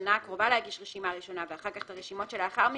השנה הקרובה להגיש רשימה ראשונה ואחר כך את הרשימות שלאחר מכן,